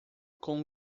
com